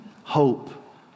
hope